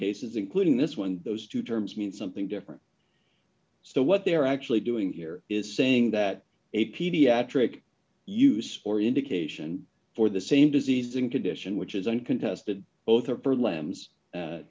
cases including this one those two terms mean something different so what they're actually doing here is saying that a pediatric use for indication for the same disease and condition which is uncontested both of her lambs